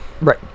Right